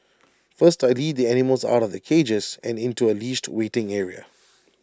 first I lead the animals out of their cages and into A leashed waiting area